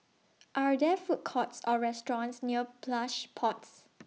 Are There Food Courts Or restaurants near Plush Pods